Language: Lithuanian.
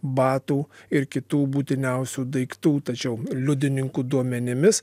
batų ir kitų būtiniausių daiktų tačiau liudininkų duomenimis